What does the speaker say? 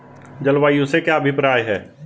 जलवायु से क्या अभिप्राय है?